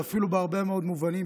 ואפילו בהרבה מאוד מובנים,